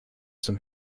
some